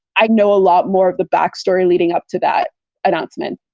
i know a lot more of the backstory leading up to that announcement.